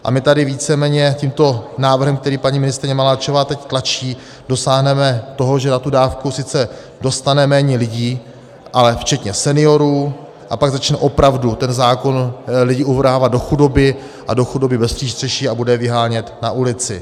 A my tady víceméně tímto návrhem, který paní ministryně Maláčová teď tlačí, dosáhneme toho, že tu dávku sice dostane méně lidí, ale včetně seniorů, a pak začne opravdu ten zákon lidi uvrhávat do chudoby, a do chudoby bez přístřeší, a bude je vyhánět na ulici.